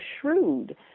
shrewd